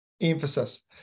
emphasis